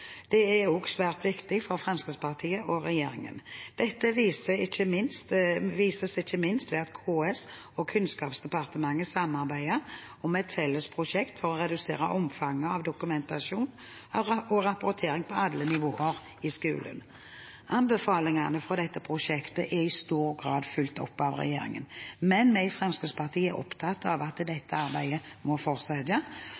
Det er også svært viktig for Fremskrittspartiet og regjeringen. Dette vises ikke minst ved at KS og Kunnskapsdepartementet har samarbeidet om et felles prosjekt for å redusere omfanget av dokumentasjon og rapportering på alle nivåer i skolen. Anbefalingene fra dette prosjektet er i stor grad fulgt opp av regjeringen, men vi i Fremskrittspartiet er opptatt av at dette